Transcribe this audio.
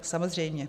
Samozřejmě.